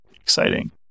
exciting